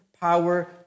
power